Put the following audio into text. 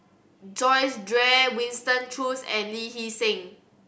Joyce Jue Winston Choos and Lee Hee Seng